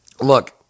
look